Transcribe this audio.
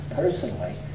personally